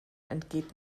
entgeht